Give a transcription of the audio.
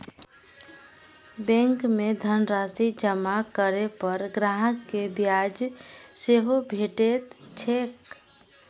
bank मे धनराशि जमा करै पर ग्राहक कें ब्याज सेहो भेटैत छैक